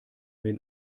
den